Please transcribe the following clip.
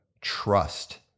trust